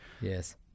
Yes